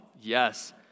yes